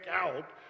out